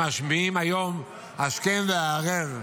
שמשמיעים היום השכם והערב,